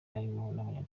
harimo